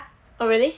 oh really